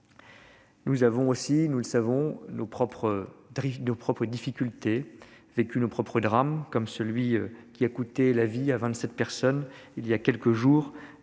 Nous avons aussi, nous le savons, nos propres difficultés. Nous avons vécu nos propres drames, comme celui qui a coûté la vie à vingt-sept personnes voilà quelques jours